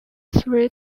three